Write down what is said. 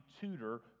tutor